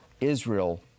Israel